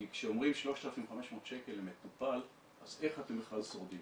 כי כשאומרים 3,500 שקל למטופל אז איך אתם בכלל שורדים